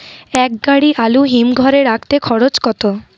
এক গাড়ি আলু হিমঘরে রাখতে খরচ কত?